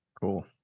Cool